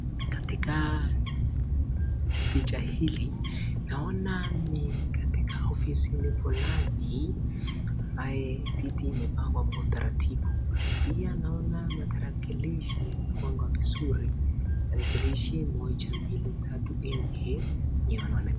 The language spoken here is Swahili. Katika picha hili naona ni katika ofisini fulani ambaye viti imepangwa kwa utaratibu. Pia naona matarakilishi imepangwa vizuri, tarakilishi moja ,mbili ,tatu ,nne yanaoneka...